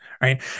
right